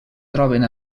troben